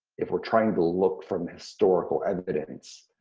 if we're trying to look from historical evidence,